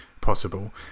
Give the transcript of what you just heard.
possible